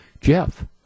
Jeff